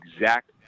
exact